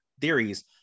theories